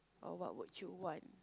or what would you want